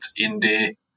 indie